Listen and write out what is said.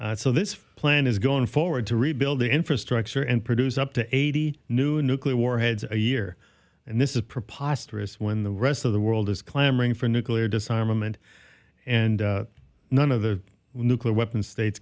running so this plan is going forward to rebuild the infrastructure and produce up to eighty new nuclear warheads a year and this is preposterous when the rest of the world is clamoring for nuclear disarmament and none of the nuclear weapon states